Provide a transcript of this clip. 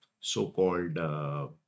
so-called